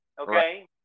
okay